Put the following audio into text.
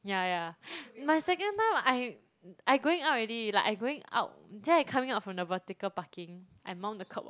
ya ya my second time I I going out already like I going out then I coming out from the vertical parking I mount the curb [what]